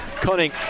Cunning